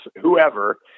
whoever